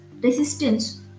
resistance